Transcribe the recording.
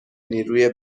نیروی